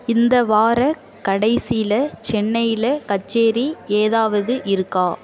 இந்த வாரக் கடைசியில் சென்னையில் கச்சேரி ஏதாவது இருக்கா